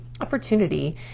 opportunity